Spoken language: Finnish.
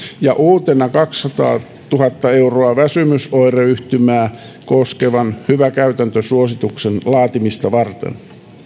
ja uutena kaksisataatuhatta euroa väsymysoireyhtymää koskevan hyvä käytäntö suosituksen laatimista varten